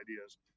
ideas